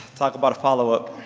talk about a follow-up.